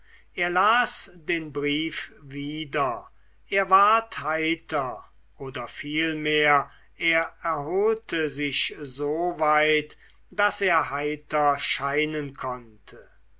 er las den brief wieder er ward heiter oder vielmehr er erholte sich so weit daß er heiter scheinen konnte